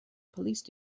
police